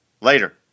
Later